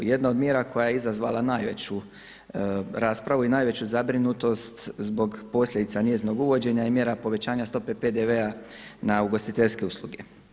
Jedna od mjera koja je izazvala najveću raspravu i najveću zabrinutost zbog posljedica njezinog uvođenja je mjera povećanje stope PDV-a na ugostiteljske usluge.